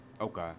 Okay